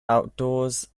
outdoors